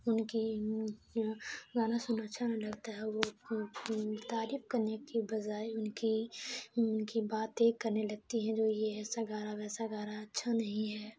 ان کی گانا سننا اچھا نہیں لگتا ہے وہ تعریف کرنے کی بجائے ان کی ان کی باتیں کرنے لگتی ہیں جو یہ ایسا گا رہا ویسا گا رہا اچھا نہیں ہے